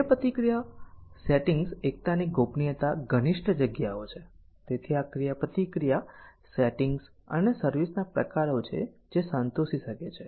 ક્રિયાપ્રતિક્રિયા સેટિંગ્સ એકતાની ગોપનીયતા ઘનિષ્ઠ જગ્યાઓ છે તેથી આ ક્રિયાપ્રતિક્રિયા સેટિંગ્સ અને સર્વિસ ના પ્રકારો છે જે સંતોષી શકે છે